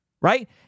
Right